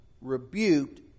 rebuked